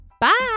bye